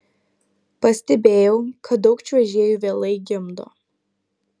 pastebėjau kad daug čiuožėjų vėlai gimdo